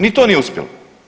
Ni to nije uspjela.